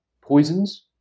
poisons